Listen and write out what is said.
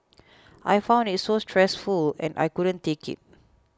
I found it so stressful and I couldn't take it